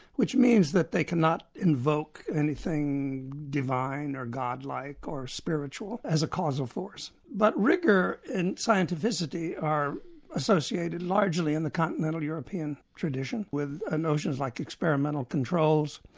which means that they cannot invoke anything divine or god-like, or spiritual, as a causal force. but rigour and scientificity are associated largely in the continental european tradition with ah notions like experimental controls,